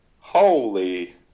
Holy